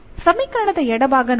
ಸಮೀಕರಣದ ಎಡಭಾಗ ನೋಡಿ